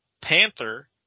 Panther